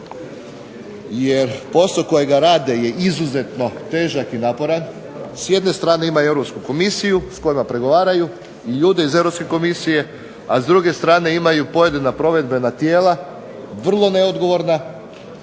jer posao kojega rade je izuzetno težak i naporan, s jedne strane ima Europsku Komisiju s kojima pregovaraju, ljude iz Europske Komisije, a s druge strane imaju pojedina provedbena tijela, vrlo neodgovorna,